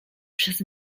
przez